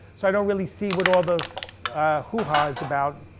so i don't really see what all the hoo-ha is about.